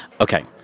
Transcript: Okay